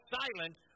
silent